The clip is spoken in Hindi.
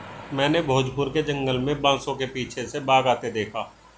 मैंने भोजपुर के जंगल में बांसों के पीछे से बाघ आते देखा